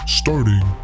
starting